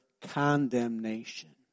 condemnation